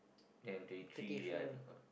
then twenty three they are they're gonna